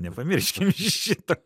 nepamirškim į šitą